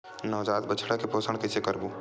नवजात बछड़ा के पोषण कइसे करबो?